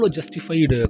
Justified